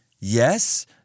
yes